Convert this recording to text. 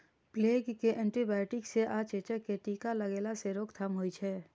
plague कें antibiotic सं आ चेचक कें टीका लगेला सं रोकथाम होइ छै